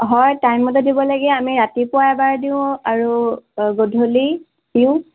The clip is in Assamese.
হয় টাইমমতে দিব লাগে আমি ৰাতিপুৱা এবাৰ দিওঁ আৰু গধূলি দিওঁ